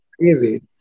crazy